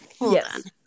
Yes